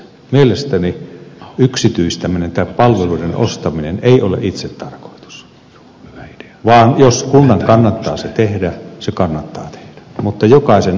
mielestäni yksityistäminen tai palveluiden ostaminen ei ole itsetarkoitus vaan jos kunnan kannattaa se tehdä se kannattaa tehdä mutta jokaisen osalta on arvioitava